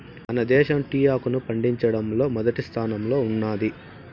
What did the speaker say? మన దేశం టీ ఆకును పండించడంలో మొదటి స్థానంలో ఉన్నాది